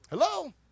Hello